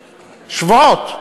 שבועות,